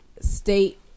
state